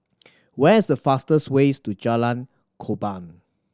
where is the fastest way to Jalan Korban